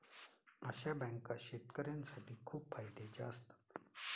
अशा बँका शेतकऱ्यांसाठी खूप फायद्याच्या असतात